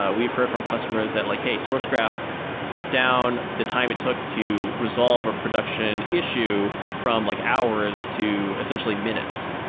ah we've heard from customers that like, hey, sourcegraph cut down the time it took to resolve our production issue from like hours to essentially minutes,